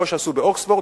כמו שעשו באוקספורד,